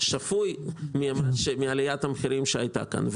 שפויה מעליית המחירים שהיתה כאן.